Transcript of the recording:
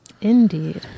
Indeed